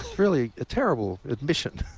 surely a terrible admission.